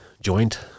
joint